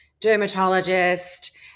dermatologist